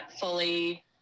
fully